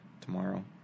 tomorrow